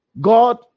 God